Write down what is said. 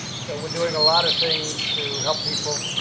so we're doing a lot of things to help people.